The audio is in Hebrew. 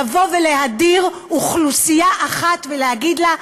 לבוא ולהדיר אוכלוסייה אחת ולהגיד לה: